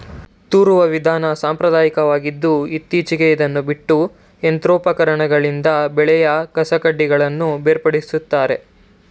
ತೂರುವ ವಿಧಾನ ಸಾಂಪ್ರದಾಯಕವಾಗಿದ್ದು ಇತ್ತೀಚೆಗೆ ಇದನ್ನು ಬಿಟ್ಟು ಯಂತ್ರೋಪಕರಣಗಳಿಂದ ಬೆಳೆಯ ಕಸಕಡ್ಡಿಗಳನ್ನು ಬೇರ್ಪಡಿಸುತ್ತಾರೆ